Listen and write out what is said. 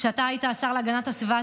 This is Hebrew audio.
כשאתה היית השר להגנת הסביבה,